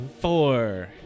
Four